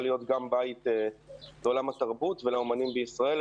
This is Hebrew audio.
להיות גם בית לעולם התרבות ולאומנים בישראל.